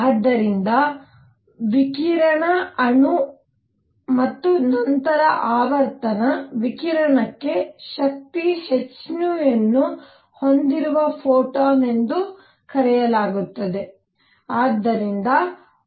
ಆದ್ದರಿಂದ ವಿಕಿರಣ ಅಣು ಮತ್ತು ನಂತರ ಆವರ್ತನ ವಿಕಿರಣಕ್ಕೆ ಶಕ್ತಿ hಯನ್ನು ಹೊಂದಿರುವ ಫೋಟಾನ್ ಎಂದು ಕರೆಯಲಾಗುತ್ತದೆ